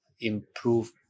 improve